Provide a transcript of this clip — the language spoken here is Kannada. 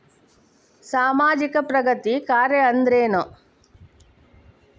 ಸಾಮಾಜಿಕ ಪ್ರಗತಿ ಕಾರ್ಯಾ ಅಂದ್ರೇನು?